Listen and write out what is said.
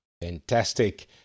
Fantastic